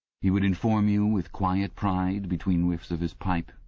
he would inform you with quiet pride, between whiffs of his pipe,